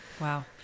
wow